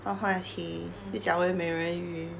换话题又讲回美人鱼